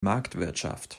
marktwirtschaft